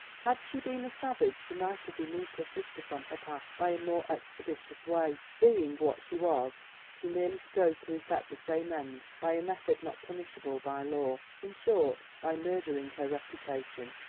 had she been a savage she might have removed her sister from her path by a more expeditious way being what she was, she merely strove to effect the same end by a method not punishable by law, in short, by murdering her reputation.